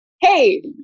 hey